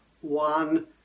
one